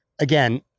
again